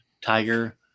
Tiger